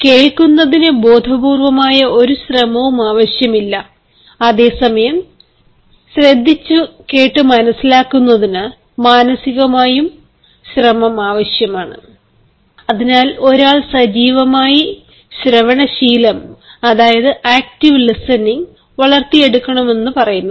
കേൾക്കുന്നതിന് ബോധപൂർവമായ ഒരു ശ്രമവും ആവശ്യമില്ല അതേസമയം ശ്രദ്ധിച്ചു കേൾക്കുന്നതിന് മാനസികമായും ആവശ്യമാണ് അതിനാലാണ് ഒരാൾ സജീവമായി ശ്രവണ ശീലം വളർത്തിയെടുക്കണമെന്നു പറയുന്നത്